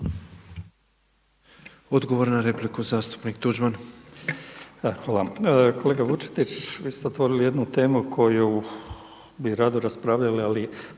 Odgovor na repliku, zastupnik Tuđman. **Tuđman, Miroslav (HDZ)** Hvala vam. Kolega Vučetić, vi ste otvorili jednu temu koju bi rado raspravljali, ali